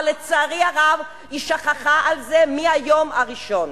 אבל לצערי הרב היא שכחה את זה מהיום הראשון,